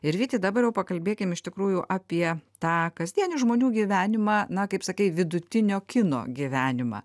ir vyti dabar jau pakalbėkim iš tikrųjų apie tą kasdienį žmonių gyvenimą na kaip sakei vidutinio kino gyvenimą